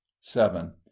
seven